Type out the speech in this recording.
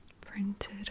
printed